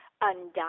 undone